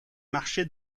marché